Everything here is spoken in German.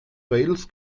wales